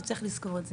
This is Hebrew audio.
וצריך לזכור את זה.